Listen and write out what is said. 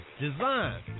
Design